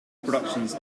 productions